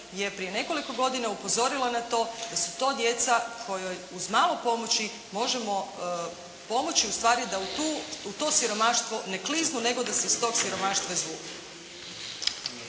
je prije nekoliko godina upozorila na to da su to djeca kojoj, uz malo pomoći, možemo pomoći, ustvari, da u to siromaštvo ne kliznu, nego da se iz tog siromaštva izvuku.